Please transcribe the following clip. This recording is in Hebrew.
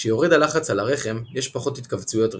כשיורד הלחץ על הרחם יש פחות התכווצויות רחם.